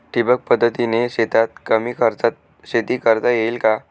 ठिबक पद्धतीने शेतात कमी खर्चात शेती करता येईल का?